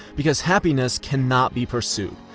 because happiness cannot be pursued.